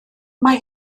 mae